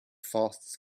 fastest